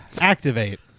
Activate